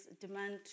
demand